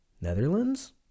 Netherlands